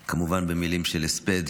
כמובן, במילים של הספד.